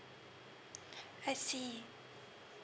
I see